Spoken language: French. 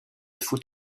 foot